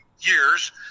years